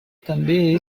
també